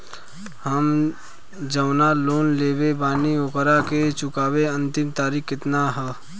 हम जवन लोन लेले बानी ओकरा के चुकावे अंतिम तारीख कितना हैं?